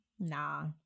nah